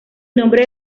nombre